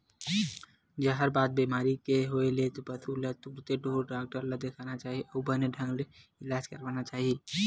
जहरबाद बेमारी के होय ले पसु ल तुरते ढ़ोर डॉक्टर ल देखाना चाही अउ बने ढंग ले इलाज करवाना चाही